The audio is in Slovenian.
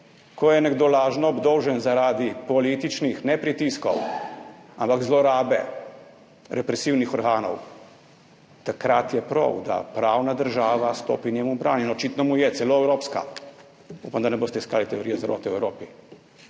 Ko je nekdo lažno obdolžen, ne zaradi političnih pritiskov, ampak zaradi zlorabe represivnih organov, takrat je prav, da pravna država stopi njemu v bran. In očitno mu je celo evropska. Upam, da ne boste iskali teorije zarote v Evropi.